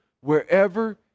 wherever